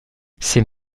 c’est